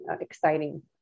exciting